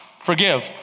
Forgive